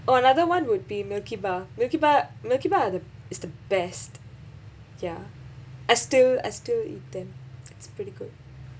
oh another [one] would be milky bar milky bar milky bar are the is the best ya as to as to eat them it's pretty good